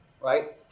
right